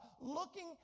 looking